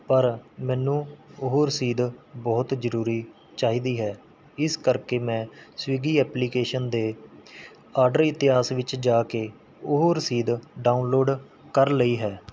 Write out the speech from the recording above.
ਪਰ ਮੈਨੂੰ ਉਹ ਰਸੀਦ ਬਹੁਤ ਜਰੂਰੀ ਚਾਹੀਦੀ ਹੈ ਇਸ ਕਰਕੇ ਮੈਂ ਸਵਿਗੀ ਐਪਲੀਕੇਸ਼ਨ ਦੇ ਆਰਡਰ ਇਤਿਹਾਸ ਵਿੱਚ ਜਾ ਕੇ ਉਹ ਰਸੀਦ ਡਾਊਨਲੋਡ ਕਰ ਲਈ ਹੈ